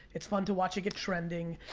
it's fun to watch it get trending.